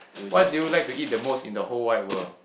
what do you like to eat the most in the whole wide world